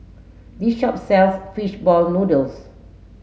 this shop sells fish ball noodles